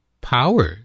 power